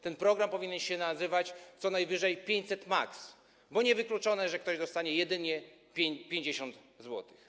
Ten program powinien się nazywać co najwyżej 500 maks., bo niewykluczone, że ktoś dostanie jedynie 50 zł.